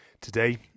today